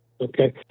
Okay